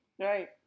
Right